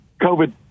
COVID